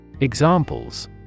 Examples